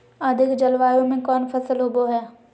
अधिक जलवायु में कौन फसल होबो है?